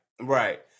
right